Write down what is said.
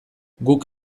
guk